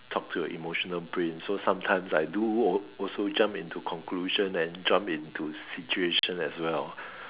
talk to emotional brain so sometimes I do also jump into conclusion and jump into situation as well